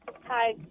Hi